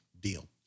deal